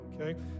okay